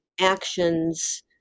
actions